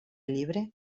libre